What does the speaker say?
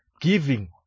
giving